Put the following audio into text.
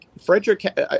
Frederick